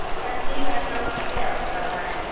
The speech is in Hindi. अच्छा ठीक है नमस्ते हम बताएँगे